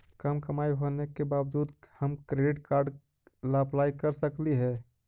कम कमाई होने के बाबजूद हम क्रेडिट कार्ड ला अप्लाई कर सकली हे?